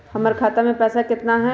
हमर खाता मे पैसा केतना है?